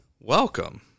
Welcome